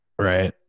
Right